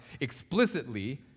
explicitly